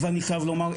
אני חייב לומר,